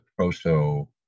proso